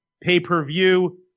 pay-per-view